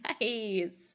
nice